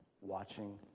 watching